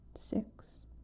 six